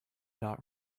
not